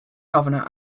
governor